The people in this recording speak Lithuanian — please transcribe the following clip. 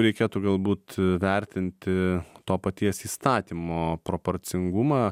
reikėtų galbūt vertinti to paties įstatymo proporcingumą